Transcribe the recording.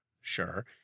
sure